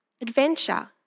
Adventure